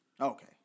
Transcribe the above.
Okay